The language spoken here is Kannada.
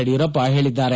ಯಡಿಯೂರಪ್ಸ ಹೇಳಿದ್ದಾರೆ